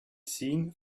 seen